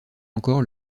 encore